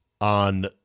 on